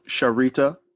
Sharita